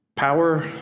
power